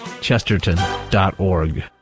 Chesterton.org